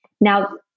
Now